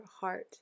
heart